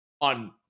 on